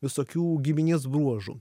visokių giminės bruožų